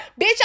bitch